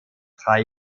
drei